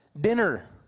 dinner